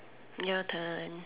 your turn